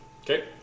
Okay